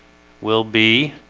will be